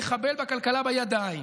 לחבל בכלכלה בידיים.